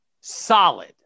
solid